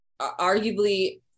arguably